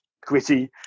gritty